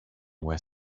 where